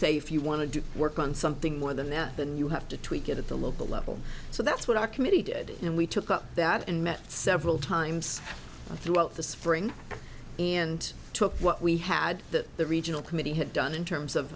say if you want to do work on something more than that than you have to tweak it at the local level so that's what our committee did and we took up that and met several times throughout the spring and took what we had that the regional committee had done in terms of